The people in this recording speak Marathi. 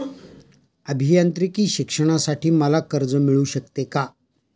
अभियांत्रिकी शिक्षणासाठी मला कर्ज मिळू शकते का?